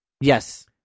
Yes